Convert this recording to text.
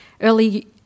Early